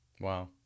Wow